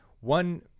one